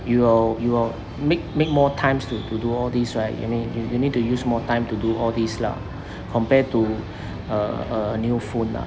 you will you will make make more times to to do all these right you need you need to use more time to do all this lah compared to a a new phone lah